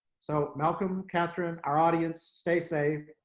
so malcolm, katharine, our audience, stay safe.